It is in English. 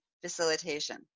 facilitation